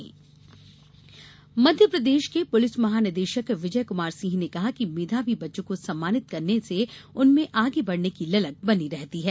मेधावी बच्चे सम्मान मध्यप्रदेश के पुलिस महानिदेशक विजय कुमार सिंह ने कहा कि मेधावी बच्चों को सम्मानित करने से उनमें आगे बढ़ने की ललक बनी रहती है